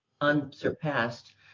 unsurpassed